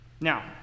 Now